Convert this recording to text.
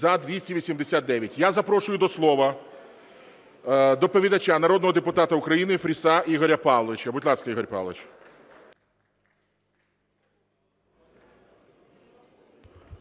За-289 Я запрошую до слова доповідача – народного депутата України Фріса Ігоря Павловича. Будь ласка, Ігор Павлович.